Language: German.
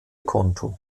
konto